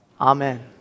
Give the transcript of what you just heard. Amen